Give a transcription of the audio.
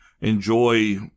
enjoy